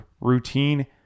routine